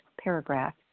paragraph